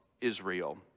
Israel